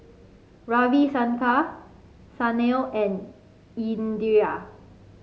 Ravi Shankar Sanal and Indira